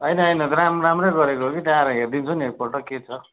होइन होइन काम राम्रै गरेको हो कि त्यहाँ आएर हेरिदिन्छु नि एकपल्ट के छ